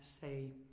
say